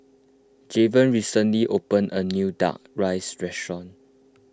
Javen recently opened a new Duck Rice restaurant